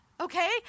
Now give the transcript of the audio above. Okay